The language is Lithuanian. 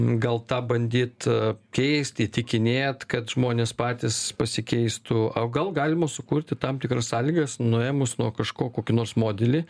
gal tą bandyt keist įtikinėt kad žmonės patys pasikeistų o gal galima sukurti tam tikras sąlygas nuėmus nuo kažko kokį nors modelį